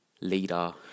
leader